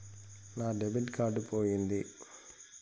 నా debit card పోయింది